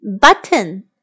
button